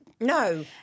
No